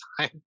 time